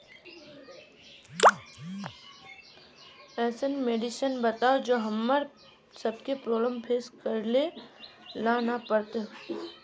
ऐसन मेडिसिन बताओ जो हम्मर सबके प्रॉब्लम फेस करे ला ना पड़ते?